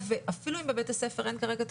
אפילו אם בבית הספר אין כרגע תחלואה,